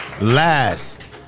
last